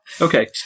Okay